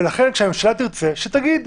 אם הממשלה רוצה, שתגיד.